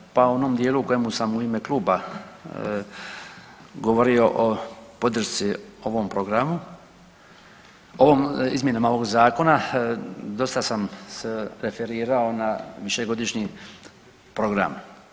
Pa u onom dijelu u kojem sam u ime kluba govorio o podršci ovom programi, izmjenama ovog zakona dosta sam se referirao na višegodišnji program.